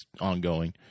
ongoing